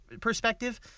perspective